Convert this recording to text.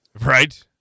Right